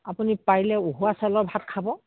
আপুনি পাৰিলে উহোৱা চাউলৰ ভাত খাব